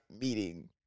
meeting